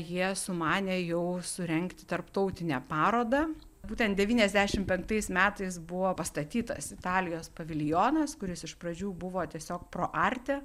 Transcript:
jie sumanė jau surengti tarptautinę parodą būtent devyniasdešim penktais metais buvo pastatytas italijos paviljonas kuris iš pradžių buvo tiesiog pro arte